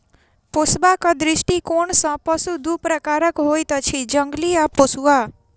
पोसबाक दृष्टिकोण सॅ पशु दू प्रकारक होइत अछि, जंगली आ पोसुआ